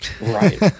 Right